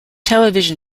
television